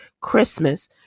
Christmas